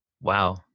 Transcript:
wow